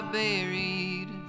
buried